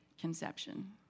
conception